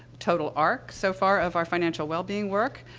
total arc, so far, of our financial wellbeing work.